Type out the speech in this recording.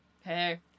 hey